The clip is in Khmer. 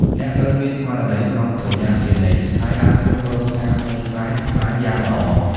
អ្នកត្រូវមានស្មារតីប្រុងប្រយ័ត្នជានិច្ច ហើយអាចគ្រប់គ្រងការភ័យខ្លាចបានយ៉ាងល្អ។